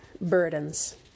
Burdens